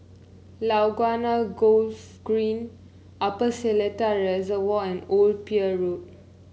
Laguna Golf Green Upper Seletar Reservoir and Old Pier Road